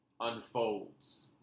unfolds